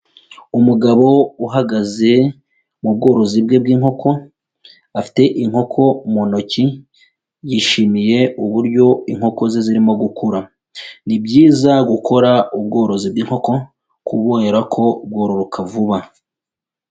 Umugabo uhagaze mu bworozi bwe bw'inkoko, afite inkoko mu ntoki, yishimiye uburyo inkoko ze zirimo gukura. Ni byiza gukora ubworozi bw'inkoko kubera ko bwororoka vuba.